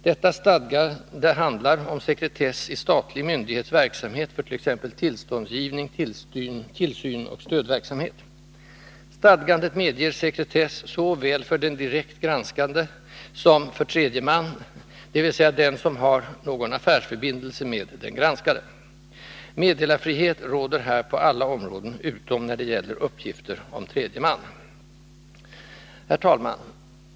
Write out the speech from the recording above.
Detta stadgande handlar om sekretess i statlig het. Stadgandet medger sekretess såväl för den direkt granskade som för Onsdagen den tredje man, dvs. den som har någon affärsförbindelse med den granskade. 9 februari 1983 Meddelarfrihet råder här på alla områden utom när det gäller uppgifter om tredje man. Herr talman!